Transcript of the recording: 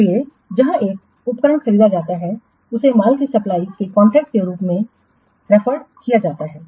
इसलिए जहां एक उपकरण खरीदा जाता है उसे माल की सप्लाई के कॉन्ट्रैक्ट के रूप में रेफर किया जाता है